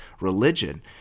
religion